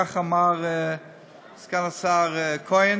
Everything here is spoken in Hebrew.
כך אמר סגן השר כהן